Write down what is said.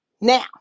Now